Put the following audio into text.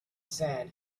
sand